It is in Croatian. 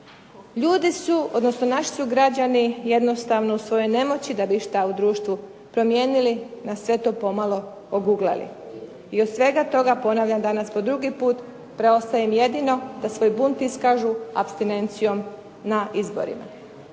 Ljudi su odnosno naši su građani jednostavno u svojoj nemoći da bi išta u društvu promijenili na sve to pomalo oguglali. I od svega toga ponavljam danas po drugi put preostaje mi jedino da svoj bunt iskažu apstinencijom na izborima.